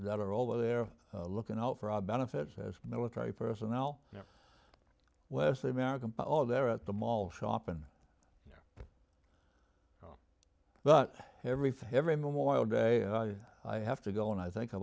that are over there looking out for our benefits as military personnel wesley american paul there at the mall shopping but everything every memorial day i have to go and i think a